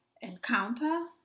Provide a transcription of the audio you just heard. encounter